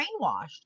brainwashed